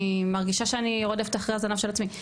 מרגישה שאני רודפת אחרי הזנב של עצמי,